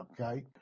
okay